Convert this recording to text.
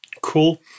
Cool